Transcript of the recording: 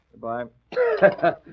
Goodbye